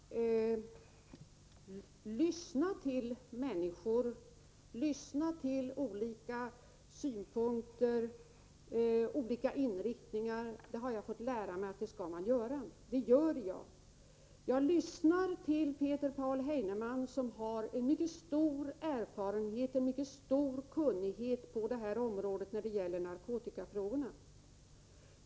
Herr talman! Jag har fått lära mig att man skall lyssna till människor och till företrädare för olika synpunkter och inriktningar, och det gör jag också. Jag lyssnar till Peter Paul Heinemann, som har en mycket stor erfarenhet och kunnighet i det här avseendet när det gäller narkotikafrågorna.